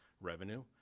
revenue